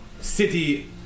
city